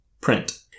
print